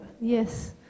yes